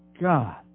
God